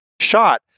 shot